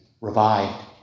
revived